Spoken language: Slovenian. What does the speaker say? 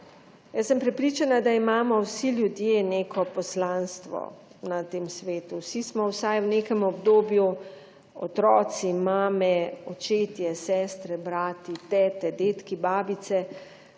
Jaz sem prepričana, da imamo vsi ljudje neko poslanstvo na tem svetu, vsi smo vsaj v nekem obdobju otroci, mame, očetje, sestre, brati, tete, dedki, babice.